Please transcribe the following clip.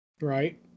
Right